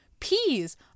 peas